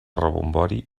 rebombori